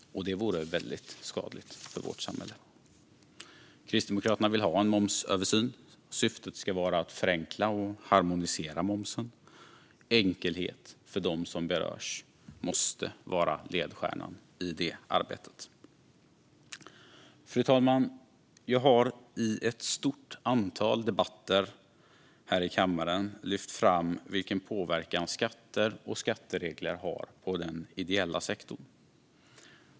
Detta vore väldigt skadligt för vårt samhälle. Kristdemokraterna vill ha en momsöversyn. Syftet ska vara att förenkla och harmonisera momsen. Enkelhet för dem som berörs måste vara ledstjärnan i det arbetet. Fru talman! Jag har i ett stort antal debatter här i kammaren lyft fram vilken påverkan skatter och skatteregler har på den ideella sektorn.